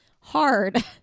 hard